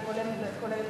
זה כולל את,